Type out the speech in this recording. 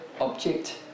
object